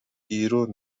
بیرون